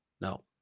No